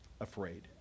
afraid